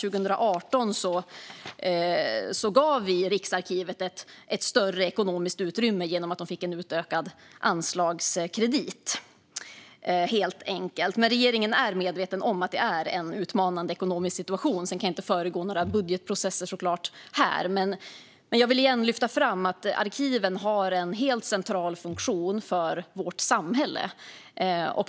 År 2018 gav vi Riksarkivet ett större ekonomiskt utrymme genom att de fick en utökad anslagskredit. Men regeringen är medveten om att det är en utmanande ekonomisk situation. Jag kan inte föregripa några budgetprocesser här, men jag vill återigen lyfta fram att arkiven har en helt central funktion för vårt samhälle.